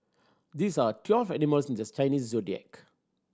these are twelve animals in this Chinese Zodiac